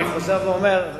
אני חוזר ואומר,